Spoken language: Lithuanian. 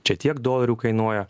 čia tiek dolerių kainuoja